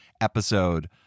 episode